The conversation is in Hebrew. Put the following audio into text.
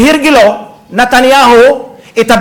נתניהו כהרגלו,